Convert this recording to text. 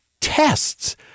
tests